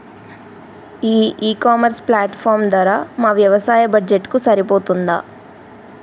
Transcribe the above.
ఈ e commerce platform ధర మా వ్యవసాయ బడ్జెట్ కు సరిపోతుందా?